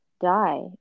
die